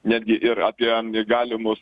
netgi ir apie galimus